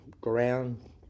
ground